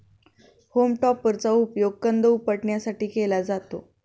home टॉपरचा उपयोग कंद उपटण्यासाठी केला जातो